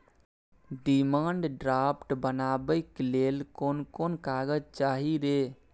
Demand draft बनाबैक लेल कोन कोन कागज चाही रे?